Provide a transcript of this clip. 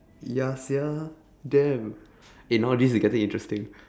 ya sia damn eh now this is getting interesting